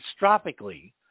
catastrophically